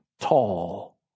Tall